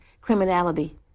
criminality